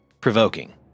Provoking